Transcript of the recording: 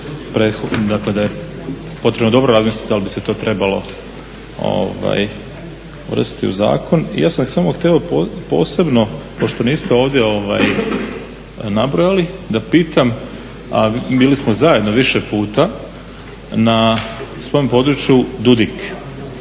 da je potrebno dobro razmisliti dal bi se to trebalo uvrstiti u zakon. Ja sam samo htio posebno pošto niste ovdje nabrojali da pitam, a bili smo zajedno više puta na spomen području Dudik.